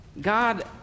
God